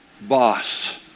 boss